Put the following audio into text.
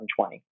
2020